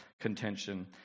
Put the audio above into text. contention